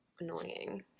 annoying